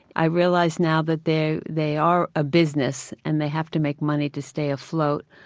i realized now that they they are a business and they have to make money to stay afloat.